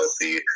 healthy